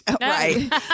Right